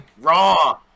Raw